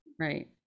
Right